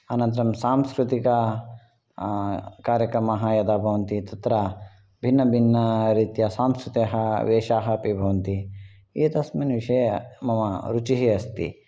अनन्तरं सांस्कृतिक कार्यक्रमाः यदा भवन्ति तत्र भिन्नभिन्नरीत्या सांस्कृ वेशाः अपि भवन्ति एतस्मिन् विषये मम रुचिः अस्ति